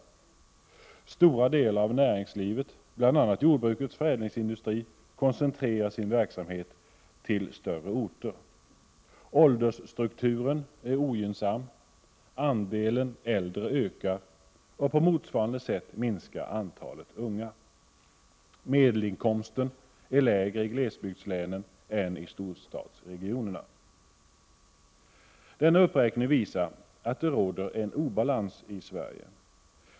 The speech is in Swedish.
Oo Stora delar av näringslivet, bl.a. jordbrukets förädlingsindustri, koncentrerar sin verksamhet till större orter. o Åldersstrukturen är ogynnsam. Andelen äldre ökar, och på motsvarande sätt minskar antalet unga. o Medelinkomsten är lägre i glesbygdslänen än i storstadsregionerna. Denna uppräkning visar att det råder en obalans i Sverige.